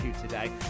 today